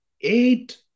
eight